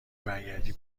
برگردی